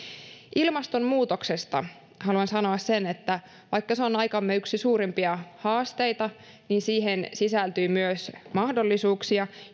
ilmastonmuutoksesta haluan sanoa sen että vaikka se on aikamme suurimpia haasteita siihen sisältyy myös mahdollisuuksia